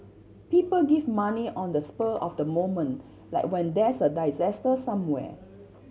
people give money on the spur of the moment like when there's a somewhere